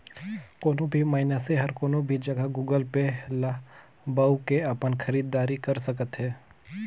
कोनो भी मइनसे हर कोनो भी जघा गुगल पे ल बउ के अपन खरीद दारी कर सकथे